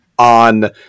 on